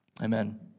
Amen